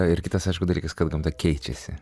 ir kitas aiškus dalykas kad gamta keičiasi